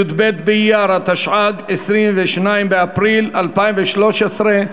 י"ב באייר התשע"ג, 22 באפריל 2013,